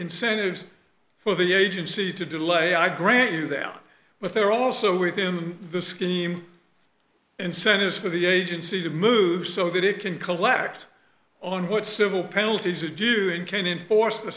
incentives for the agency to delay i grant you that but there are also within the scheme incentives for the agency to move so that it can collect on what civil penalties are due and can enforce the